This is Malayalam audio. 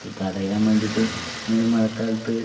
ഇത് തടയാൻ വേണ്ടിയിട്ട് നമ്മൾ മഴക്കാലത്ത്